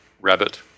rabbit